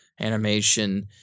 animation